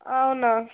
అవునా